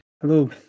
Hello